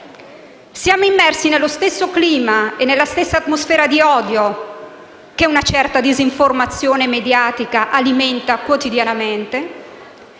Siamo immersi nello stesso clima e nella stessa atmosfera di odio che una certa disinformazione mediatica alimenta quotidianamente,